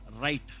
right